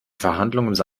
verhandlungen